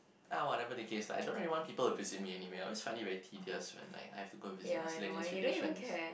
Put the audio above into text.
ah whatever the case lah I don't really want people to visit me anyway I always find it very tedious when like I have to go visit miscellaneous relations